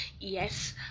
yes